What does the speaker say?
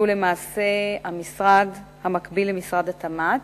שהוא למעשה המשרד המקביל למשרד התמ"ת,